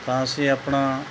ਤਾਂ ਅਸੀਂ ਆਪਣਾ